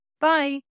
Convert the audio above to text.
Bye